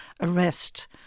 arrest